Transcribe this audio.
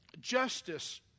justice